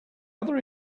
other